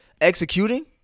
executing